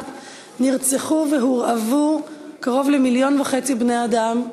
נרצחו והורעבו קרוב למיליון וחצי בני אדם,